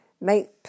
Make